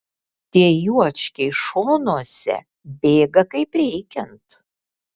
tie juočkiai šonuose bėga kaip reikiant